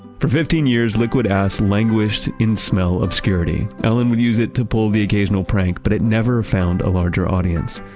for fifteen years liquid ass languished in smell obscurity. alan would use it to pull the occasional prank but it never found a larger audience.